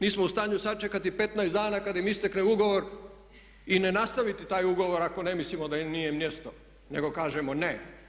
Nismo u stanju sačekati 15 dana kad im istekne ugovor i ne nastaviti taj ugovor ako ne mislimo da im nije mjesto nego kažemo ne.